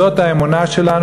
זאת האמונה שלנו,